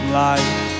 life